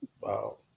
Wow